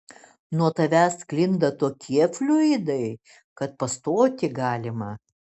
nuo tavęs sklinda tokie fluidai kad pastoti galima